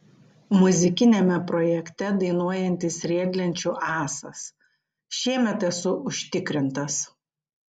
muzikiniame projekte dainuojantis riedlenčių ąsas šiemet esu užtikrintas